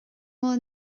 bhfuil